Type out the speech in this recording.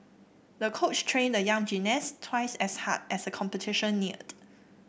the coach trained the young gymnast twice as hard as the competition neared